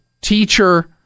teacher